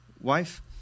wife